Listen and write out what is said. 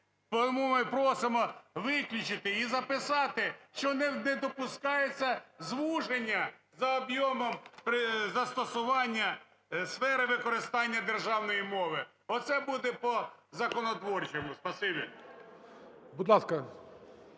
Тому ми просимо виключити і записати, що не допускається звуження за об'ємом застосування сфери використання державної мови. Оце буде по-законотворчому. Спасибі.